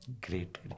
Great